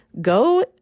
go